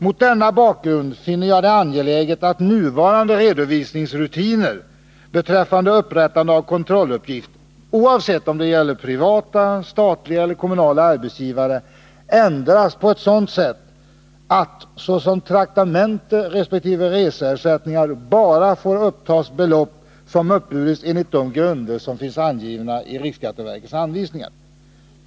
Mot denna bakgrund finner jag det angeläget att nuvarande redovisningsrutiner beträffande upprättande av kontrolluppgift — oavsett om det gäller privata, statliga eller kommunala arbetsgivare — ändras på sådant sätt att såsom traktamente resp. reseersättning bara får upptas belopp som uppburits enligt de grunder som finns angivna i riksskatteverkets anvisningar.